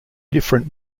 different